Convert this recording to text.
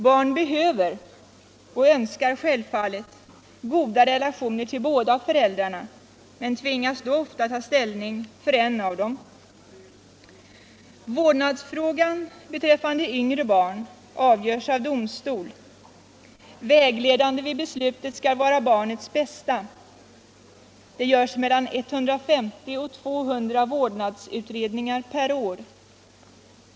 Barn behöver, och önskar självfallet, goda relationer till båda föräldrarna men tvingas då ofta ta ställning för en av dem. Vårdnadsfrågan beträffande yngre barn avgörs av domstol. Vägledande vid beslutet skall vara ”barnets bästa”. Det görs mellan 150 och 200 vårdnadsutredningar per år.